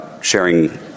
sharing